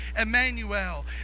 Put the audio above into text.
Emmanuel